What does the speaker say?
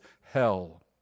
hell